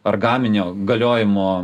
ar gaminio galiojimo